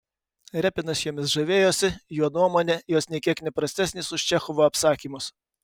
repinas jomis žavėjosi jo nuomone jos nė kiek ne prastesnės už čechovo apsakymus